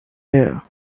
here